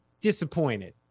disappointed